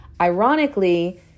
Ironically